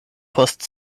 post